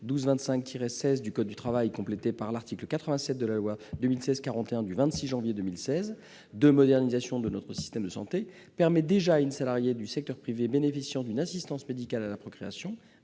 1225-16 du code du travail, complété par l'article 87 de la loi n° 2016-41 du 26 janvier 2016 de modernisation de notre système de santé, permet déjà à une salariée du secteur privé bénéficiant d'une assistance médicale à la procréation,